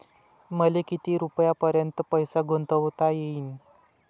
मले किती रुपयापर्यंत पैसा गुंतवता येईन?